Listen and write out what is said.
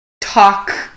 Talk